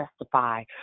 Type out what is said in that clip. justify